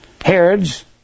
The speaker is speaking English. Herod's